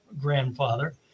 grandfather